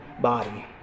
body